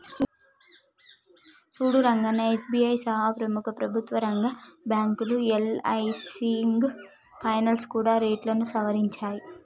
సూడు రంగన్నా ఎస్.బి.ఐ సహా ప్రముఖ ప్రభుత్వ రంగ బ్యాంకులు యల్.ఐ.సి సింగ్ ఫైనాల్స్ కూడా రేట్లను సవరించాయి